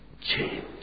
change